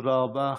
תודה רבה.